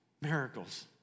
Miracles